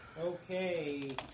Okay